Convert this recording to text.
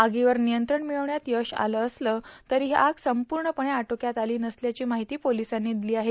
आगीवर नियंत्रण मिळवण्यात यश आलं असलं तरीही आग संपूर्णपणे आदोक्यात आली नसल्याची माहिती पोलिसांनी दिली आहे